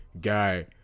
guy